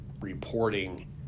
reporting